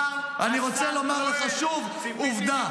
אני רוצה לומר לך שוב עובדה.